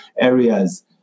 areas